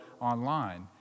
online